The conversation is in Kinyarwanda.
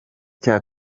cya